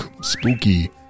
spooky